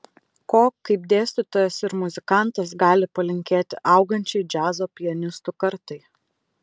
ko kaip dėstytojas ir muzikantas gali palinkėti augančiai džiazo pianistų kartai